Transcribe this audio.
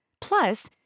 Plus